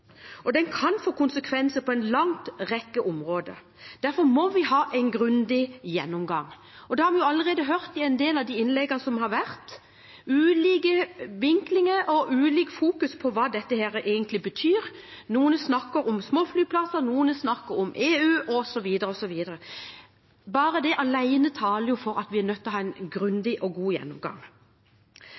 og den kan få konsekvenser på en lang rekke områder. Derfor må vi ha en grundig gjennomgang. Vi har i en del av innleggene her allerede hørt at det er ulike vinklinger og ulik fokusering på hva dette egentlig betyr. Noen snakker om småflyplasser, noen snakker om EU, osv., osv. Det alene taler jo for at vi er nødt til å ha en grundig og god gjennomgang.